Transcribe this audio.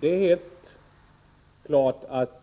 Det är helt klart att